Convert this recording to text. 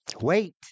Wait